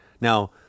Now